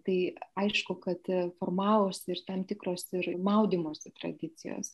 tai aišku kad formavosi ir tam tikros maudymosi tradicijos